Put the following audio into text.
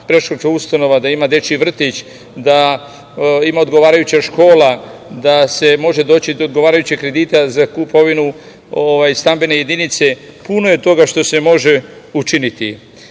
predškolska ustanova, da ima dečiji vrtić, da ima odgovarajuća škola, da se može doći do odgovarajućeg kredita za kupovinu stambene jedinice. Puno je toga što se može učiniti. Kada